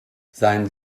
sein